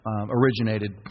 originated